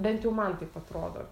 bent jau man taip atrodo